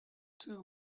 two